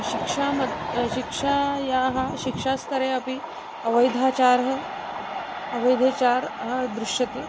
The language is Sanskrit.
शिक्षामद् शिक्षायाः शिक्षास्तरे अपि अवैधाचारः अवैधेचारः दृश्यते